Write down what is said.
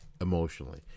emotionally